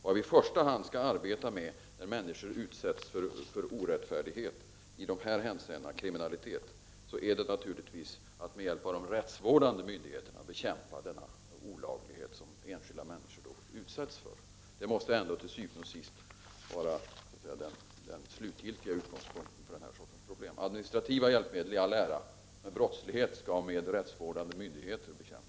Vad vi i första hand skall göra när människor utsätts för orättfärdighet av kriminellt slag är naturligtvis att med hjälp av de rättsvårdande myndigheterna bekämpa den olaglighet som enskilda människor utsätts för. Det måste vara den slutgiltiga utgångspunkten vid behandlingen av denna sorts problem. Administrativa hjälpmedel i all ära, men brottslighet skall med rättsvårdande myndigheter bekämpas.